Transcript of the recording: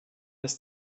ist